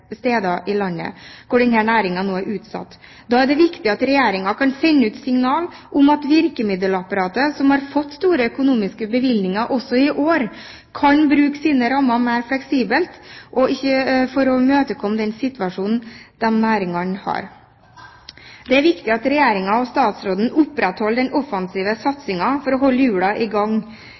steder i landet hvor denne næringen nå er utsatt. Da er det viktig at Regjeringen kan sende ut signal om at virkemiddelapparatet, som har fått store økonomiske bevilgninger også i år, kan bruke sine rammer mer fleksibelt for å imøtekomme situasjonen i næringen. Det er viktig at Regjeringen og statsråden opprettholder den offensive satsingen for å holde hjulene i gang